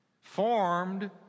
Formed